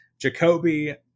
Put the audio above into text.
Jacoby